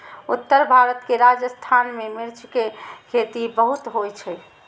उत्तर भारत के राजस्थान मे मिर्च के खेती बहुत होइ छै